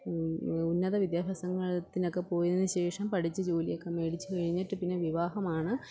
ഉന്നത വിദ്യാഭ്യാസത്തിനൊക്കെ പോയതിനുശേഷം പഠിച്ച ജോലിയൊക്കെ മേടിച്ച് കഴിഞ്ഞിട്ടു പിന്നെ വിവാഹമാണ്